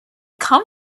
come